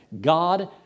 God